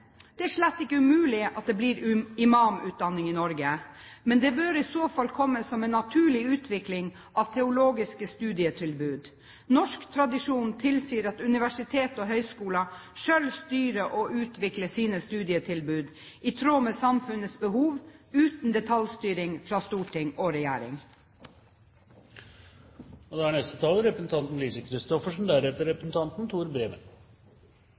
Det er slett ikke umulig at det blir imamutdanning i Norge, men det bør i så fall komme som en naturlig utvikling av teologiske studietilbud. Norsk tradisjon tilsier at universitet og høyskoler selv styrer og utvikler sine studietilbud i tråd med samfunnets behov, uten detaljstyring fra storting og